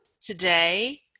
Today